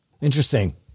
Interesting